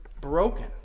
broken